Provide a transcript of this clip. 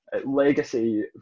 legacy